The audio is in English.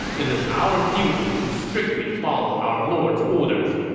it is our duty to strictly follow our lord's orders.